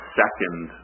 second